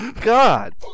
god